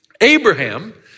Abraham